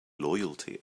loyalty